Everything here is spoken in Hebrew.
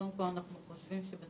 אנחנו חושבים שזה